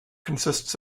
consists